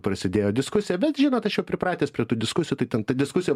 prasidėjo diskusija bet žinot aš jau pripratęs prie tų diskusijų tai ten ta diskusija